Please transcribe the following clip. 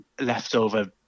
leftover